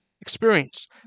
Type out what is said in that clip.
experience